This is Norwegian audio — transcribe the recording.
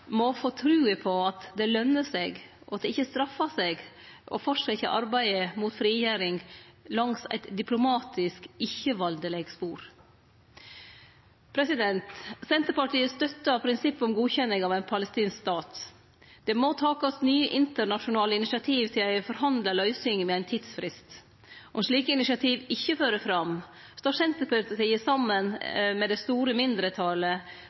ikkje straffar seg å fortsetje arbeidet mot frigjering langs eit diplomatisk, ikkje- valdeleg spor. Senterpartiet støttar prinsippet om godkjenning av ein palestinske stat. Det må takast nye internasjonale initiativ til ei forhandla løysing med ein tidsfrist. Om slike initiativ ikkje fører fram, står Senterpartiet saman med det store mindretalet